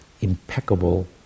impeccable